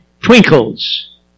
twinkles